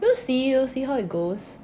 we'll see we'll see how it goes